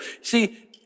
See